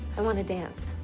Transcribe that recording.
i want to dance.